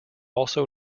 also